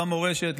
במורשת,